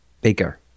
bigger